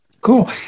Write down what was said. Cool